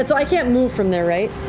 so i can't move from there, right?